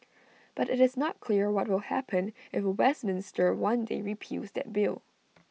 but IT is not clear what will happen if Westminster one day repeals that bill